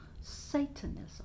satanism